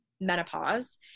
menopause